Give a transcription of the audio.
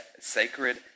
sacred